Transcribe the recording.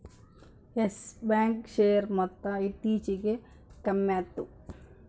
Yes Bank share ಮೊತ್ತ ಇತ್ತೀಚಿಗೆ ಕಮ್ಮ್ಯಾತು